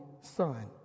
Son